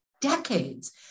decades